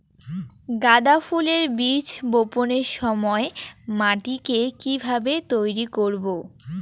গাদা ফুলের বীজ বপনের সময় মাটিকে কিভাবে তৈরি করব?